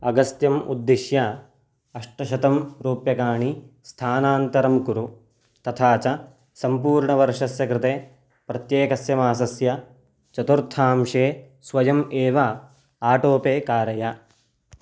अगस्त्यम् उद्दिश्य अष्टशतं रूप्यकाणि स्थानान्तरं कुरु तथा च सम्पूर्णवर्षस्य कृते प्रत्येकस्य मासस्य चतुर्थांशे स्वयम् एव आटोपे कारय